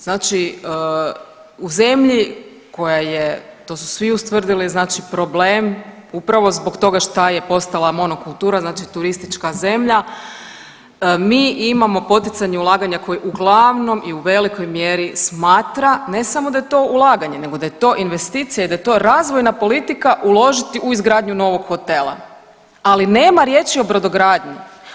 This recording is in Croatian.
Znači u zemlji koja je to su svi ustvrdili, znači problem upravo zbog toga što je postala monokultura, znači turistička zemlje mi imamo poticanje ulaganja koje uglavnom i u velikoj mjeri smatra ne samo da je to ulaganje nego da je to investicija i da je to razvojna politika uložiti u izgradnju novog hotela, ali nema riječi o brodogradnji.